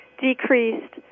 decreased